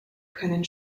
können